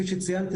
כפי שציינתי,